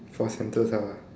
for Sentosa ah